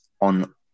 on